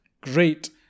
great